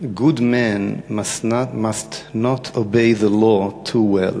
Good man must not obey the laws too well,